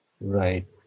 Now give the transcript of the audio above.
right